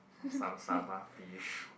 or some Saba fish